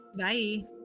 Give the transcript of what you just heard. -bye